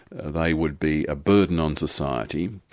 they would be a burden on society,